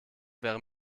wäre